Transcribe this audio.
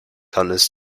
hannes